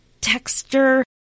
texture